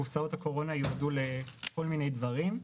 קופסאות הקורונה יועדו לכל מיני דברים,